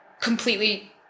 completely